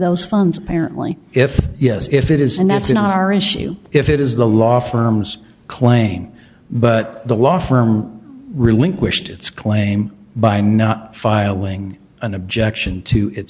those funds apparently if yes if it is and that's in our issue if it is the law firm's claim but the law firm relinquished its claim by not filing an objection to it